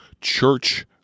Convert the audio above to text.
church